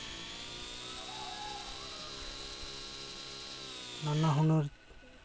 ᱱᱟᱱᱟ ᱦᱩᱱᱟᱹᱨ